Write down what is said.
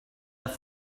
that